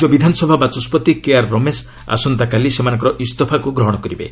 ରାଜ୍ୟ ବିଧାନସଭା ବାଚସ୍କତି କେ ଆର୍ ରମେଶ ଆସନ୍ତାକାଲି ସେମାନଙ୍କର ଇସ୍ତଫାକୁ ଗ୍ରହଣ କରିବେ